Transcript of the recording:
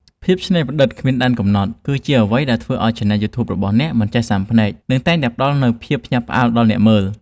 ភាពច្នៃប្រឌិតគ្មានដែនកំណត់ គឺជាអ្វីដែលធ្វើឱ្យឆានែលយូធូប របស់អ្នកមិនចេះស៊ាំភ្នែក និងតែងតែផ្តល់នូវភាពភ្ញាក់ផ្អើលដល់អ្នកមើល។